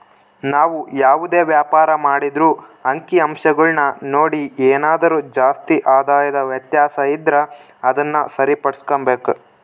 ನಾವು ಯಾವುದೇ ವ್ಯಾಪಾರ ಮಾಡಿದ್ರೂ ಅಂಕಿಅಂಶಗುಳ್ನ ನೋಡಿ ಏನಾದರು ಜಾಸ್ತಿ ಆದಾಯದ ವ್ಯತ್ಯಾಸ ಇದ್ರ ಅದುನ್ನ ಸರಿಪಡಿಸ್ಕೆಂಬಕು